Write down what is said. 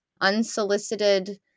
Unsolicited